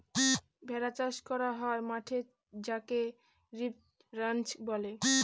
ভেড়া চাষ করা হয় মাঠে যাকে সিপ রাঞ্চ বলে